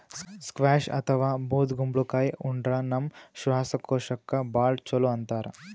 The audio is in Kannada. ಸ್ಕ್ವ್ಯಾಷ್ ಅಥವಾ ಬೂದ್ ಕುಂಬಳಕಾಯಿ ಉಂಡ್ರ ನಮ್ ಶ್ವಾಸಕೋಶಕ್ಕ್ ಭಾಳ್ ಛಲೋ ಅಂತಾರ್